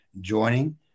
joining